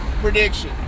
prediction